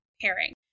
pairing